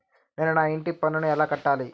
నేను నా ఇంటి పన్నును ఎలా కట్టాలి?